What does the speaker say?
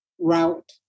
route